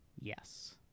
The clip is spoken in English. Yes